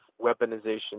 weaponization